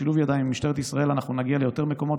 בשילוב ידיים עם משטרת ישראל אנחנו נגיע ליותר מקומות